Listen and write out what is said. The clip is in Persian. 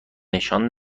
نشان